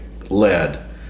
lead